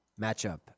matchup